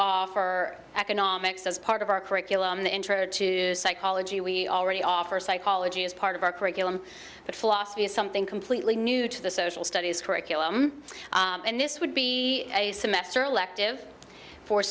for economics as part of our curriculum the intro to psychology we already offer psychology as part of our curriculum but philosophy is something completely new to the social studies curriculum and this would be a semester elective for